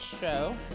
show